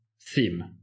theme